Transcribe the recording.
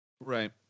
Right